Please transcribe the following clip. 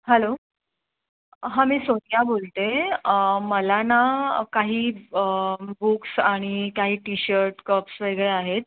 hello हां मी सोनिया बोलते मला ना काही बुक्स आणि काही टी शर्ट कप्स वगैरे आहेत